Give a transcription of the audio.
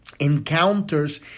encounters